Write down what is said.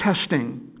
testing